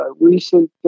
recent